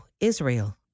Israel